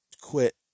quit